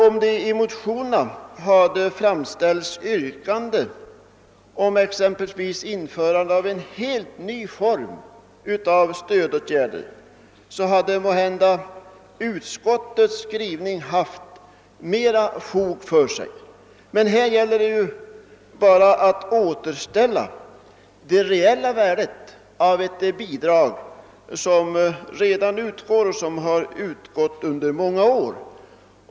Om det i motionerna hade framställts yrkande om införande av en helt ny form av stödåtgärder hade måhända utskottets skrivning haft mer fog för sig, men här gäller det bara att återställa det reella värdet av ett bidrag som redan utgår och som har utgått under många år.